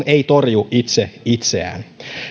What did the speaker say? ei torju itse itseään